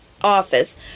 Office